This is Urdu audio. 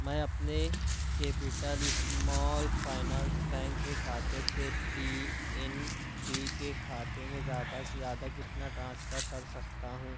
میں اپنے کیپیٹل اسمال فائننس بینک کے کھاتے سے پی این بی کے کھاتے میں زیادہ سے زیادہ کتنا ٹرانسفر کرسکتا ہوں